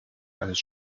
eines